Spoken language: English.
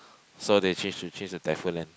so they change to change to typhoon land